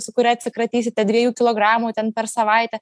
su kuria atsikratysite dviejų kilogramų ten per savaitę